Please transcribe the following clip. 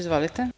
Izvolite.